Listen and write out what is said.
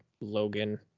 Logan